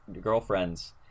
girlfriends